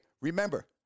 remember